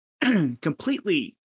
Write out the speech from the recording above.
completely